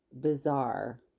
bizarre